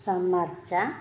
సంరక్ష